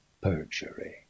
perjury